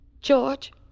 George